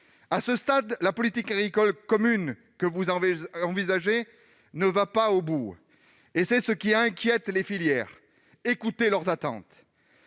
ministre, la politique agricole commune que vous envisagez ne va pas jusqu'au bout. C'est ce qui inquiète les filières. Écoutez donc leurs attentes